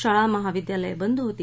शाळा महाविद्यालय बंद होती